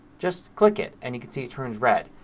just click it and you can see it turns red.